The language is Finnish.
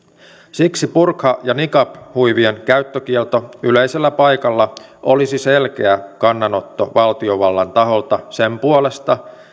siksi burka ja niqab huivien käyttökielto yleisellä paikalla olisi selkeä kannanotto valtiovallan taholta sen puolesta